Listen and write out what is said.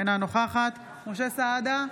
אינה נוכחת משה סעדה,